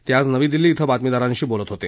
ते आज नवी दिल्ली इथं बातमीदारांशी बोलत होते